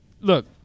look